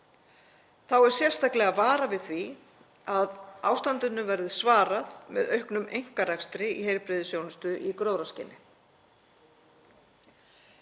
Þá er sérstaklega varað við því að ástandinu verði svarað með auknum einkarekstri í heilbrigðisþjónustu í gróðaskyni.